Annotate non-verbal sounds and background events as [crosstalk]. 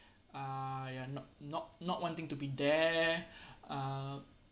uh ya not not not wanting to be there [breath] uh